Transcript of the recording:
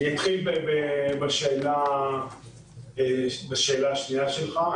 אני אתחיל בשאלה השנייה שלך.